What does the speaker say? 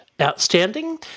outstanding